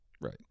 right